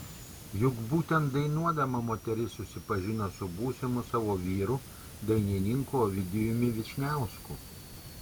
juk būtent dainuodama moteris susipažino su būsimu savo vyru dainininku ovidijumi vyšniausku